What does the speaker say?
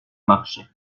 marcher